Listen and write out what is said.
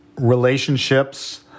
relationships